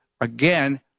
again